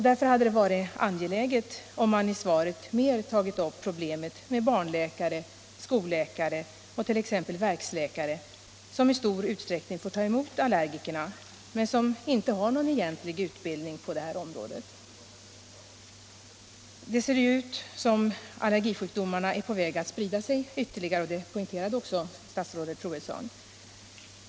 Därför hade det varit angeläget om man i svaret mer tagit upp problemet med barnläkare, skolläkare och t.ex. verksläkare, vilka i stor utsträckning får ta emot allergikerna men som inte har någon egentlig utbildning på det här området. Det ser ju ut som om allergisjukdomarna är på väg att sprida sig ytterligare, och det poängterade också statsrådet Troedsson.